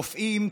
רופאים,